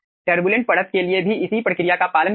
turbulent परत के लिए भी इसी प्रक्रिया का पालन करें